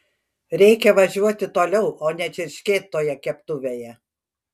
reikia važiuoti toliau o ne čirškėt toje keptuvėje